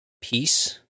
peace